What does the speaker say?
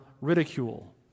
ridicule